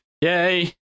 Yay